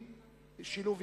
קדימה,